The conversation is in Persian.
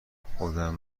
خودم